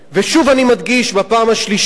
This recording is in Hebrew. ושוב, אני מדגיש בפעם השלישית,